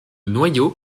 noyau